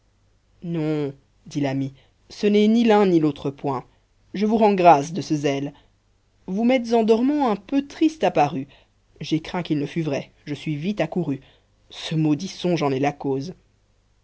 dit l'ami ce n'est ni l'un ni l'autre point je vous rends grâce de ce zèle vous m'êtes en dormant un peu triste apparu j'ai craint qu'il ne fût vrai je suis vite accouru ce maudit songe en est la cause